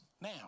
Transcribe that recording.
Now